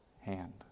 hand